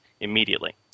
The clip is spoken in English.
immediately